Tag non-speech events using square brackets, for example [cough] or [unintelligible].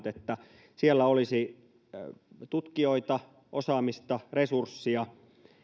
[unintelligible] että siellä olisi tutkijoita osaamista resurssia